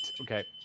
Okay